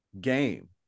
game